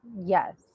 yes